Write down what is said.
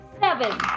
Seven